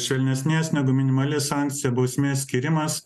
švelnesnės negu minimali sankcija bausmės skyrimas